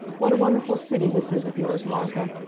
what a wonderful city this is of yours, martha!